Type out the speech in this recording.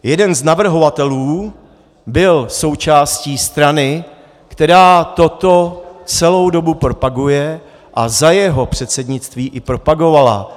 Jeden z navrhovatelů byl součástí strany, která toto celou dobu propaguje a za jeho předsednictví i propagovala.